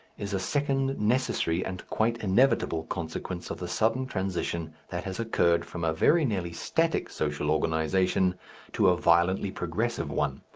is a second necessary and quite inevitable consequence of the sudden transition that has occurred from a very nearly static social organization to a violently progressive one.